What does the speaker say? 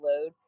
load